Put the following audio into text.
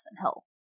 Hill